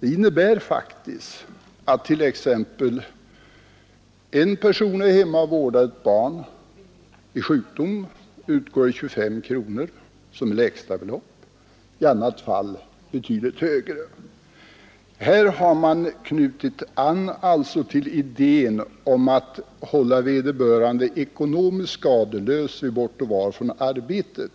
Det innebär faktiskt att en person som är hemma och vårdar ett barn vid sjukdom kan få ersättning med 25 kronor, vilket är det lägsta beloppet, medan en annan person kan få betydligt högre ersättning. Här har man alltså knutit an till idén att hålla vederbörande ekonomiskt skadeslös vid bortovaro från arbete